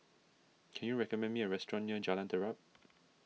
can you recommend me a restaurant near Jalan Terap